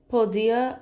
Podia